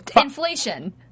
Inflation